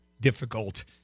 difficult